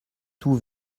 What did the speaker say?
tout